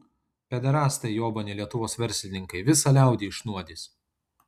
pederastai jobani lietuvos verslininkai visą liaudį išnuodys